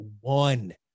one